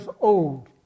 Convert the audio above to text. old